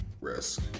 risk